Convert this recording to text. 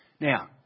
Now